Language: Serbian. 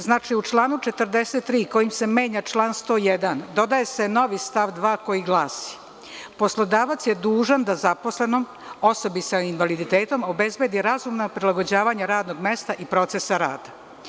Znači, u članu 43. kojim se menja član 101. dodaje se novi stav 2. koji glasi: „Poslodavac je dužan da zaposlenom, osobi sa invaliditetom, obezbedi razumno prilagođavanje radnog mesta i procesa rada“